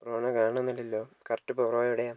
ബ്രോനെ കാണുന്നില്ലല്ലോ കറക്റ്റ് ഇപ്പോൾ ബ്രോ എവിടെയാണ്